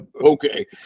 okay